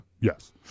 Yes